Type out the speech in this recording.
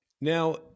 Now